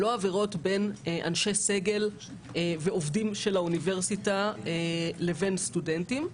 לא עברות בין אנשי סגל ועובדים של האוניברסיטה לבין סטודנטים.